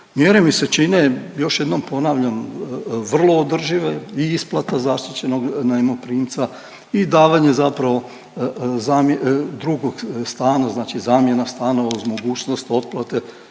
Mjere mi se čine, još jednom ponavljam vrlo održive i isplata zaštićenog najmoprimca i davanje zapravo drugog stana, znači zamjena stanova uz mogućnost otplate.